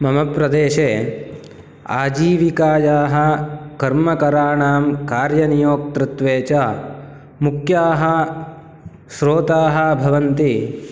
मम प्रदेशे आजीविकायाः कर्मकराणां कार्यनियोक्तृत्वे च मुख्याः श्रोताः भवन्ति